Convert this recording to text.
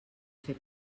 fer